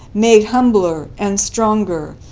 made humbler and stronger,